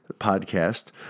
podcast